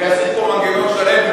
וישים פה מנגנון שלם,